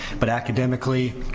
but academically,